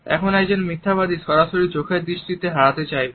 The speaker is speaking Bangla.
এখন একজন মিথ্যাবাদী সরাসরি চোখের দৃষ্টি হারাতে চাইবে